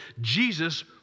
Jesus